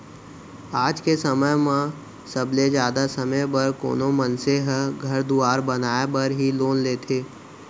आज के समय म सबले जादा समे बर कोनो मनसे ह घर दुवार बनाय बर ही लोन लेथें